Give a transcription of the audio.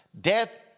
Death